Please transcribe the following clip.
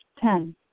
Ten